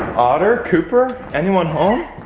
otter? cooper, anyone home!